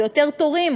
ויותר תורים